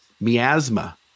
miasma